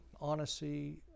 honesty